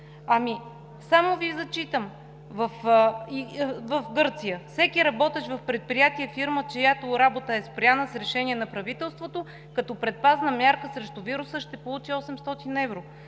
Ами само Ви зачитам – в Гърция: „Всеки работещ в предприятие, фирма, чиято работа е спряна с решение на правителството като предпазна мярка срещу вируса, ще получи 800 евро“;